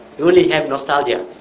only have nostalgia.